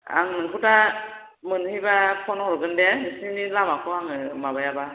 आं नोंखौ दा मोनहैबा फन हरगोन दे नोंसिनि लामाखौ आङो माबायाबा